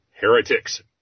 heretics